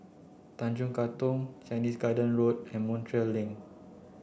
Tanjong Katong Chinese Garden Road and Montreal Link